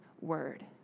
word